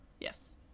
Yes